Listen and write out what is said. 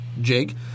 Jake